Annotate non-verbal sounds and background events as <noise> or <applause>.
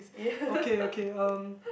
yeah <laughs>